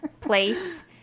place